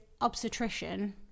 obstetrician